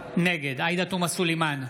נגד עאידה תומא סלימאן,